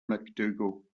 macdougall